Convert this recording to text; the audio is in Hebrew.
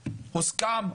הוסכם,